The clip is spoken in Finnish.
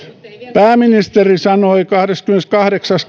pääministeri sanoi kahdeskymmeneskahdeksas